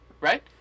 right